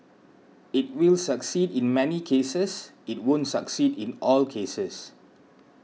it will succeed in many cases it won't succeed in all cases